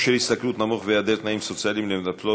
ההצעה שכר נמוך והיעדר תנאים סוציאליים למטפלות